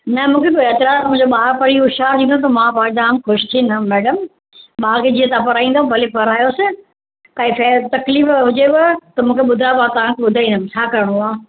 न मूंखे कोई ऐतराज़ु मुंहिंजो ॿार पढ़ी होशियारु थींदो त मां पाणि जाम ख़ुशि थींदमि मैडम बाक़ी जीअं तव्हां पढ़ाईंदा भले पढ़ायोसि कंहिं फे तकलीफ़ हुजेव त मूंखे ॿुधायो मां तव्हांखे बुधायंदमि छा करिणो आहे